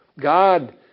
God